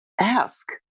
ask